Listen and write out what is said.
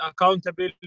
accountable